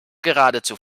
geradezu